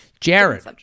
Jared